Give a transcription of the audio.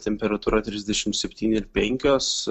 temperatūra trisdešimt septyni ir penkios